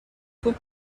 توپ